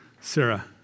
Sarah